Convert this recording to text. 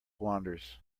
wanders